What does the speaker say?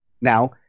Now-